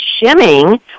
shimming